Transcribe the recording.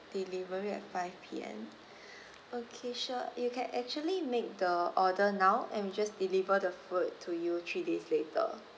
delivery at five P_M okay sure you can actually make the order now and we just deliver the food to you three days later